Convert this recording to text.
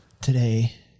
today